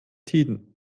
tiden